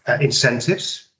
incentives